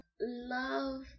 love